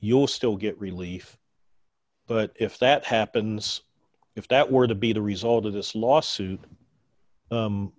you'll still get relief but if that happens if that were to be the result of this lawsuit